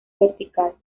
vertical